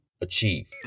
achieve